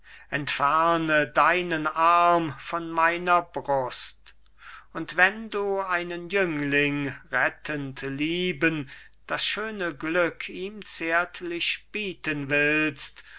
entferne deinen arm von meiner brust und wenn du einen jüngling rettend lieben das schöne glück ihm zärtlich bieten willst